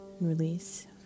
release